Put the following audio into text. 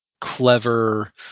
clever